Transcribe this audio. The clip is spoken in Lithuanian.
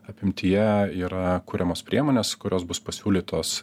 apimtyje yra kuriamos priemonės kurios bus pasiūlytos